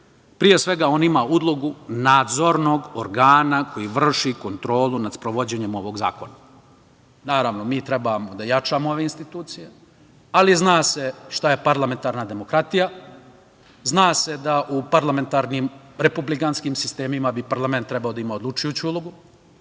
Pre svega, on ima ulogu nadzornog organa koji vrši kontrolu nad sprovođenjem ovog zakona. Naravno, mi trebamo da jačamo ove institucije, ali zna se šta je parlamentarna demokratija, zna se da u parlamentarnim republikanskim sistemima bi parlament trebao da ima odlučujuću ulogu